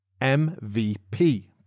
MVP